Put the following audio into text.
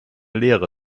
lehre